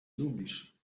lubisz